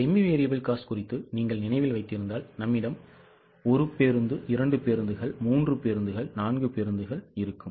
Semi variable cost குறித்து நீங்கள் நினைவில் வைத்திருந்தால் நம்மிடம் 1 பேருந்து 2 பேருந்துகள் 3 பேருந்துகள் 4 பேருந்துகள் இருக்கும்